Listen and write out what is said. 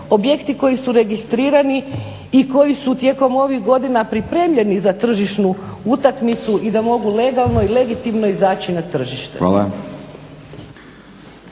objekti koji su registrirani i koji su tijekom ovih godina pripremljeni za tržišnu utakmicu i da mogu legalno i legitimno izaći na tržište.